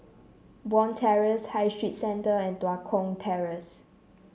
Bond Terrace High Street Centre and Tua Kong Terrace